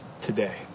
today